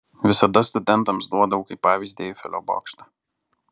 visada studentams duodavau kaip pavyzdį eifelio bokštą